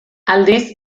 aldiz